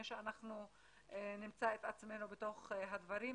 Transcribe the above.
שאנחנו נמצא את עצמנו בתוך הדברים.